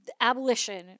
abolition